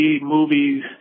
movies